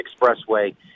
Expressway